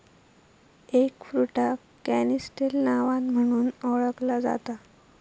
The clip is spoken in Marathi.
एगफ्रुटाक कॅनिस्टेल नावान म्हणुन ओळखला जाता